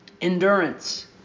Endurance